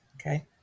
okay